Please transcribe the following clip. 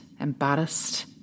embarrassed